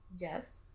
Yes